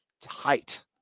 tight